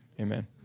amen